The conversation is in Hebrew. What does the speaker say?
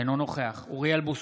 אינו נוכח אוריאל בוסו,